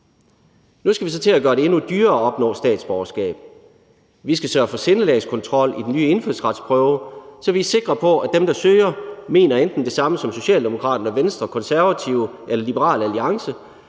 Nu skal vi så til at gøre det endnu dyrere at opnå statsborgerskab. Vi skal sørge for sindelagskontrol i den nye indfødsretsprøve, så vi er sikre på, at dem, der søger, mener det samme som enten Socialdemokraterne eller Venstre, Konservative og Liberal Alliance.